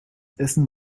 essen